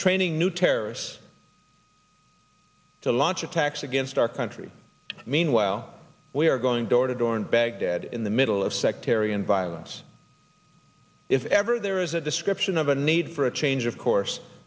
training new terrorists to launch attacks against our country meanwhile we are going door to door in baghdad in the middle of sectarian violence if ever there is a description of a need for a change of course